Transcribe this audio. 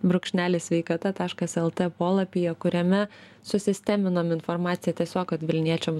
brūkšnelis sveikata taškas lt polapyje kuriame susisteminom informaciją tiesiog kad vilniečiams